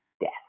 death